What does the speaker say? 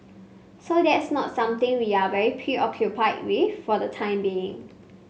so that's not something we are very preoccupied with for the time being